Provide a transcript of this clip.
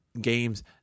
games